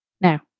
Now